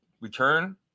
return